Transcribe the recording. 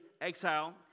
exile